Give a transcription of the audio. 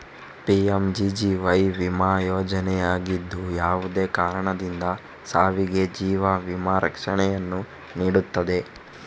PMGGY ವಿಮಾ ಯೋಜನೆಯಾಗಿದ್ದು, ಯಾವುದೇ ಕಾರಣದಿಂದ ಸಾವಿಗೆ ಜೀವ ವಿಮಾ ರಕ್ಷಣೆಯನ್ನು ನೀಡುತ್ತದೆ